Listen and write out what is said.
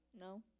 No